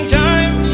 time